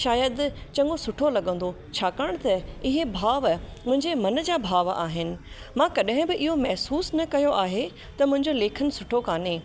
शायदि चङो सुठो लॻंदो छाकाणि त इहे भाव मुंहिंजे मन जा भाव आहिन मां कॾहिं बि इहो महिसूस न कयो आहे त मुंहिंजो लेखन सुठो कोन्हे